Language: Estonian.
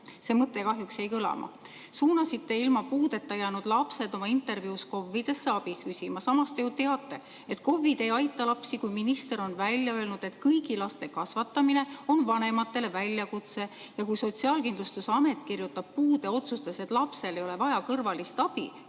See mõte kahjuks jäi kõlama. Te suunasite ilma puudeta jäänud lapsed oma intervjuus KOV‑idesse abi küsima. Samas te ju teate, et KOV‑id ei aita lapsi, kui minister on välja öelnud, et kõigi laste kasvatamine on vanematele väljakutse, ja kui Sotsiaalkindlustusamet kirjutab puudeotsuses, et lapsel ei ole vaja kõrvalist abi,